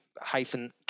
hyphen